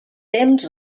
temps